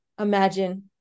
imagine